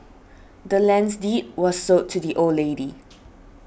the land's deed was sold to the old lady